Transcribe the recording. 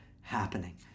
happening